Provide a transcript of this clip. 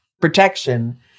protection